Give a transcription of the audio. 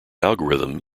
algorithm